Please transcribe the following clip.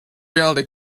reality